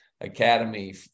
academy